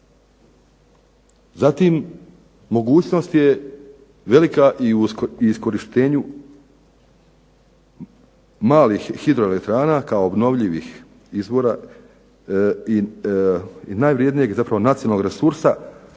Zatim mogućnost je velika i iskorištenju malih hidroelektrana kao obnovljivih izvora i najvrjednijeg zapravo nacionalnog resursa